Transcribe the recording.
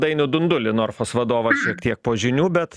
dainių dundulį norfos vadovą šiek tiek po žinių bet